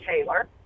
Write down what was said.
Taylor